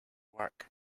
work